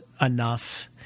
enough